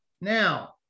Now